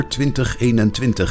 2021